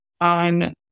on